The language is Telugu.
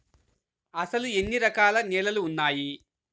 అసలు ఎన్ని రకాల నేలలు వున్నాయి?